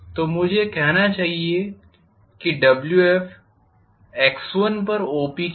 तो मुझे कहना चाहिए कि Wf x1पर OPQहै